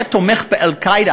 היה תומך ב"אל-קאעידה",